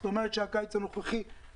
זאת אומרת הקיץ הקרוב אבוד.